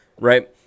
right